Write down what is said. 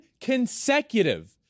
consecutive